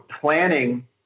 planning